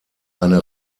eine